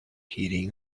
heating